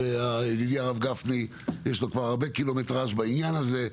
ולידידי הרב גפני יש כבר הרבה קילומטראז' בעניין הזה.